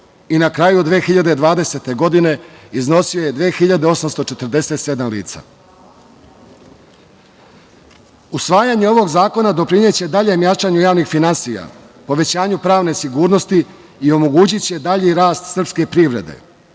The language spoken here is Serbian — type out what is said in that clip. i na kraju 2020. godine iznosio je 2.847 lica. Usvajanje ovog zakona doprineće daljem jačanju javnih finansija, povećanju pravne sigurnosti i omogućiće dalji rast srpske privrede,